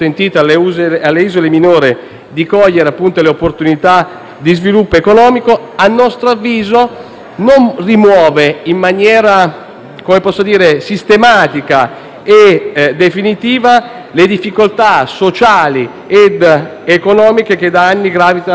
di cogliere le opportunità di sviluppo economico, a nostro avviso non rimuove in maniera sistematica e definitiva le difficoltà sociali ed economiche che da anni gravano su esse, cioè